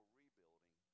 rebuilding